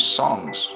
songs